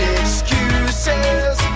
excuses